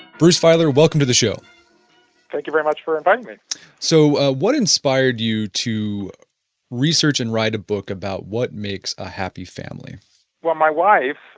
bruce feiler, welcome to the show thank you very much for inviting me so, what inspired you to research and write a book about what makes a happy family well, my wife,